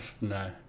No